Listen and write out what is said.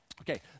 Okay